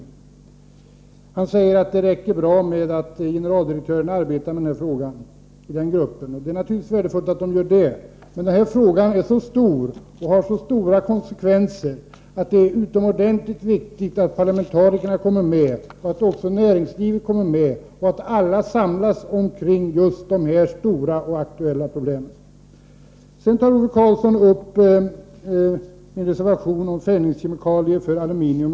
Ove Karlsson säger att det räcker med att generaldirektörsgruppen arbetar med denna fråga. Det är naturligtvis värdefullt att den gör det, men frågan är så omfattande och har sådana konsekvenser att det är utomordentligt viktigt att också parlamentarikerna och näringslivet kommer med i arbetet och att alla samlas omkring just dessa stora och aktuella problem. Ove Karlsson tog upp min reservation om fällningskemikalier för aluminium.